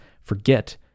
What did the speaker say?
forget